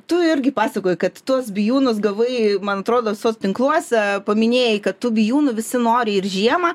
tu irgi pasakojai kad tuos bijūnus gavai man atrodo soc tinkluose paminėjai kad tų bijūnų visi nori ir žiemą